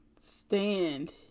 stand